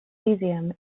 caesium